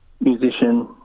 musician